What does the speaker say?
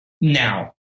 now